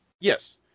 Yes